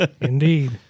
Indeed